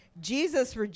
Jesus